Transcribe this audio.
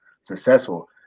successful